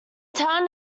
town